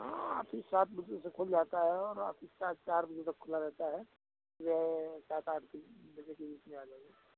हाँ ठीक सात बजे से खुल जाता है और रात के चार बजे तक खुला रहता है जो है सात आठ फिर बजे के बीच में आ जाइए